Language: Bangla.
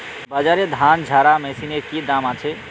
বাজারে ধান ঝারা মেশিনের কি দাম আছে?